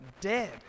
dead